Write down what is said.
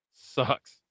sucks